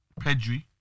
Pedri